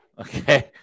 Okay